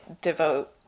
devote